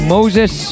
Moses